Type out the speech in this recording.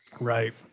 Right